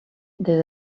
des